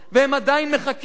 והם עדיין מחכים,